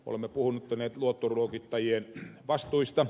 olemme puhuneet luottoluokittajien vastuista